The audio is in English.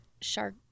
shark